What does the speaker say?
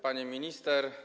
Pani Minister!